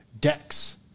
decks